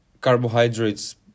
carbohydrates